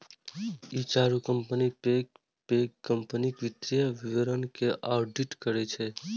ई चारू कंपनी पैघ पैघ कंपनीक वित्तीय विवरण के ऑडिट करै छै